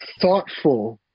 thoughtful